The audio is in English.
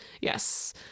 Yes